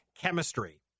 chemistry